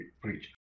preach